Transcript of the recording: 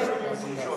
תחושות.